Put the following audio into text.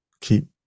keep